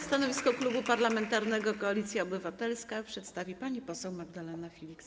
Stanowisko Klubu Parlamentarnego Koalicja Obywatelska przedstawi pani poseł Magdalena Filiks.